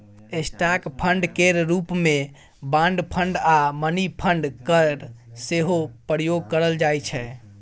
stock fund केर रूप मे बॉन्ड फंड आ मनी फंड केर सेहो प्रयोग करल जाइ छै